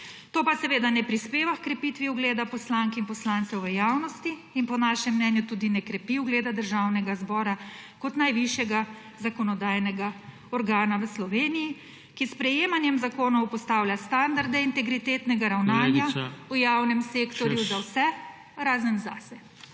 To pa seveda ne prispeva h krepitvi ugleda poslank in poslancev v javnosti in po našem mnenju tudi ne krepi ugleda Državnega zbora kot najvišjega zakonodajnega organa v Sloveniji, ki s sprejemanjem zakonov postavlja standarde integritetnega ravnanja v javnem sektorju za vse, razen zase.